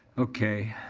okay.